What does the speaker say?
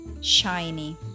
shiny